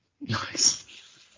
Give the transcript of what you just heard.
Nice